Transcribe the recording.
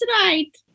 tonight